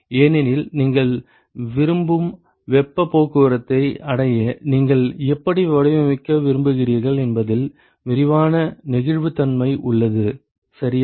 ஏனெனில் நீங்கள் விரும்பும் வெப்பப் போக்குவரத்தை அடைய நீங்கள் எப்படி வடிவமைக்க விரும்புகிறீர்கள் என்பதில் விரிவான நெகிழ்வுத்தன்மை உள்ளது சரியா